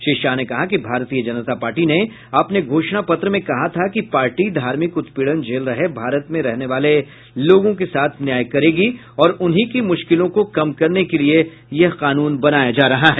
श्री शाह ने कहा कि भारतीय जनता पार्टी ने अपने घोषणापत्र में कहा था कि पार्टी धार्मिक उत्पीड़न झेल रहे भारत में रहने वाले लोगों के साथ न्याय करेगी और उन्हीं की मुश्किलों को कम करने के लिए यह कानून बनाया जा रहा है